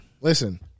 Listen